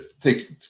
take